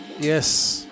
Yes